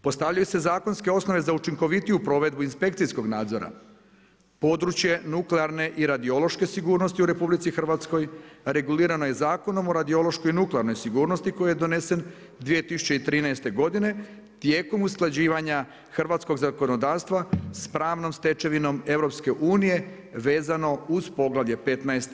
Postavljaju se zakonske osnove za učinkovitiju provedbu inspekcijskog nadzora, područje nuklearne i radiološke sigurnosti u RH reguliran je zakonom o radiološkoj i nuklearnoj sigurnosti koji je donesen 2013. godine tijekom usklađivanja hrvatskog zakonodavstva sa pravnom stečevinom EU vezano uz poglavlje 15.